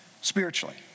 spiritually